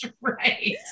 right